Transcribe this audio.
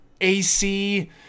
AC